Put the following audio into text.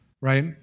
right